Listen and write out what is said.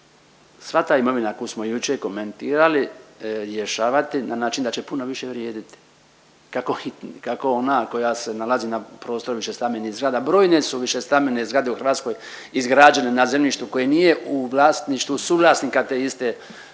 sva ta imovina koju smo jučer komentirali rješavati na način da će puno više vrijediti kako, kako ona koja se nalazi na prostoru višestambenih zgrada, brojne su višestambene zgrade u Hrvatskoj izgrađene na zemljištu koje nije u vlasništvu suvlasnika te iste višestambene